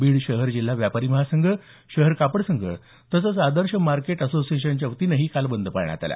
बीड शहर जिल्हा व्यापारी महासंघ शहर कापड संघ तसंच आदर्श मार्केट असोसिएशनच्या च्या वतीनंही बंद पाळण्यात आला